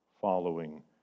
following